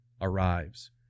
arrives